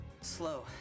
Slow